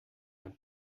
ein